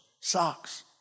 socks